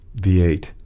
V8